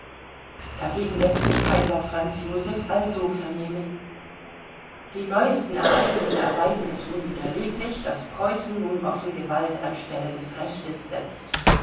dagegen läßt sich kaiser franz joseph also vernehmen die neuesten ereignisse erweisen es unwiderleglich daß preußen nun offen gewalt an stelle des rechtes setzt